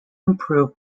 improve